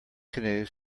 canoe